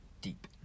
Deep